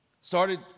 started